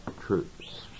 troops